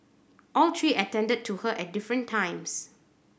all three attended to her at different times